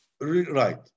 Right